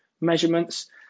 measurements